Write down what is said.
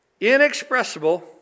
inexpressible